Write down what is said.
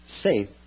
safe